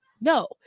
no